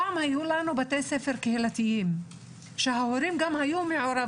פעם היו בתי ספר קהילתיים וההורים היו גם מעורבים